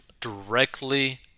directly